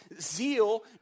zeal